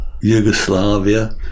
Yugoslavia